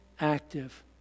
active